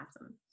Awesome